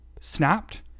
snapped